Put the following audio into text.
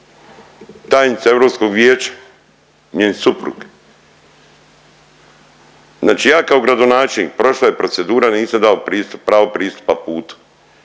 tajnica Europskog vijeća, njen suprug. Znači ja kao gradonačelnik, prošla je procedura, nisam dao pristup, pravo pristupa putu.